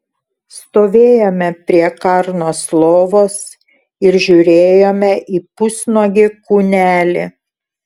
stovėjome prie karnos lovos ir žiūrėjome į pusnuogį kūnelį